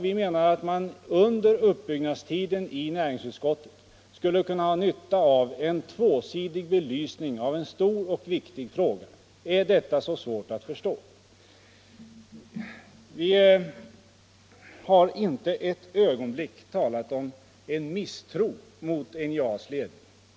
Vi menar att näringsutskottet under uppbyggnadstiden skulle kunna ha nytta av en tvåsidig belysning av en stor och viktig fråga. Är detta så svårt att förstå? Vi har inte ett ögonblick talat om misstro mot NJA-ledningen.